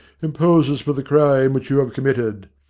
imposes for the crime which you have committed.